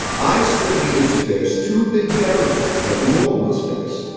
i still needed to face two big barriers that we all must face.